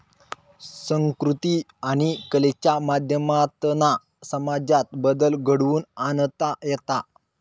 संकृती आणि कलेच्या माध्यमातना समाजात बदल घडवुन आणता येता